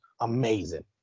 amazing